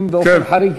באופן חריג,